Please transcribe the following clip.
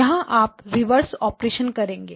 यहां आप reverse operation करेंगे